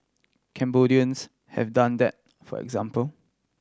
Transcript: Cambodians have done that for example